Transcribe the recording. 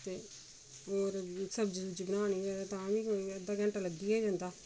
ते होर मि सब्ज़ी सुब्जी बनानी होऐ तां बी कोई अद्धा घैंटा लग्गी गै जंदा